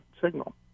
signal